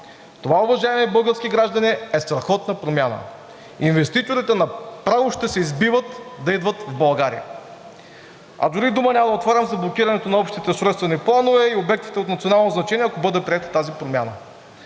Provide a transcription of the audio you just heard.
Това, уважаеми български граждани, е страхотна промяна. Инвеститорите направо ще се избиват да идват в България. А дори и дума няма да отварям за блокирането на общите устройствени планове и обектите от национално значение, ако бъде приета тази промяна.